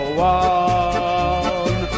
one